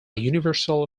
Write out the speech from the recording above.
universal